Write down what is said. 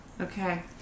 Okay